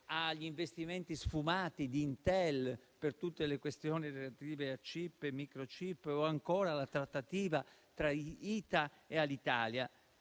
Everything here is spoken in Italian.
agli investimenti sfumati di Intel per tutte le questioni relative a *chip* e *microchip* o ancora alla trattativa tra Ita e Alitalia.